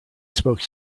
spoke